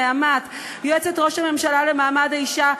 "נעמת"; יועצת ראש הממשלה למעמד האישה,